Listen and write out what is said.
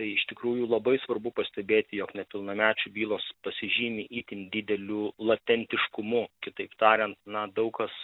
tai iš tikrųjų labai svarbu pastebėti jog nepilnamečių bylos pasižymi itin dideliu latentiškumu kitaip tariant na daug kas